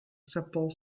simple